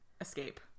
escape